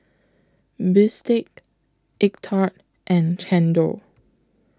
Bistake Egg Tart and Chendol